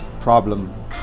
problem